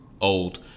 Old